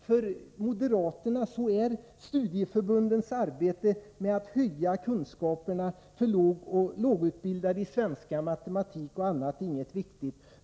För moderaterna är studieförbundens arbete med att höja lågutbildades kunskaper i svenska, matematik och annat inget viktigt.